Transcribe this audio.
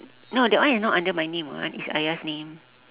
no that one is not under my name [what] it's ayah 's name